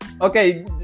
Okay